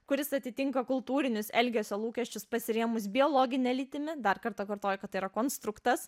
kuris atitinka kultūrinius elgesio lūkesčius pasirėmus biologine lytimi dar kartą kartoju kad yra konstruktas